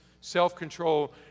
self-control